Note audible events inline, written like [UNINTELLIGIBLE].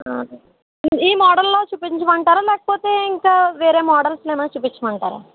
[UNINTELLIGIBLE] ఈ మోడల్లో చూపించమని అంటారా లేకపోతే ఇంకా వేరే మోడల్స్లో ఏమైనా చూపించమని అంటారా